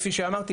כפי שאמרתי,